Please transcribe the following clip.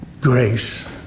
grace